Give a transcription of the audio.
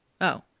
Oh